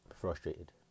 frustrated